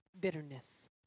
bitterness